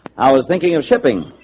i was thinking of shipping.